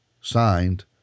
signed